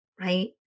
Right